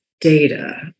data